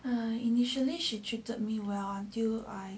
I initially she treated me well until I